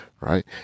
Right